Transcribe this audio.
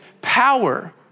power